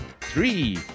three